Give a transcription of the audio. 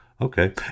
Okay